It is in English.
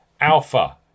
Alpha